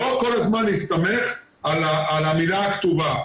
לא כל הזמן להסתמך על המילה הכתובה.